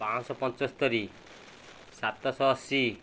ପାଞ୍ଚଶହ ପଞ୍ଚସ୍ତରୀ ସାତଶହ ଅଶି